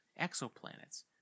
exoplanets